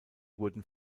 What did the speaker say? wurden